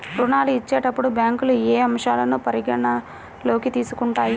ఋణాలు ఇచ్చేటప్పుడు బ్యాంకులు ఏ అంశాలను పరిగణలోకి తీసుకుంటాయి?